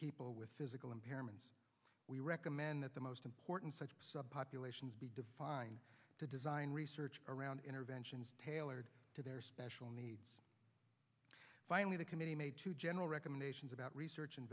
people with physical impairments we recommend that the most important such populations be defined to design research around interventions tailored to their special needs finally the committee made to general recommendations about research